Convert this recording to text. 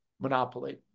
monopoly